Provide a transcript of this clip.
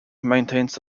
maintains